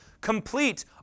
complete